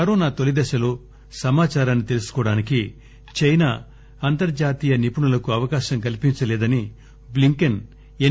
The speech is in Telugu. కరోనా తొలి దశలో సమాచారాన్ని తెలుసుకోవడానికి చైనా అంతర్జాతీయ నిపుణులకు అవకాశం కల్పించలేదని బ్లింకెన్ ఎన్